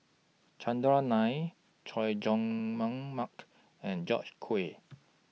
Chandran Nair Chay Jung Mark and George Quek